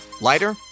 lighter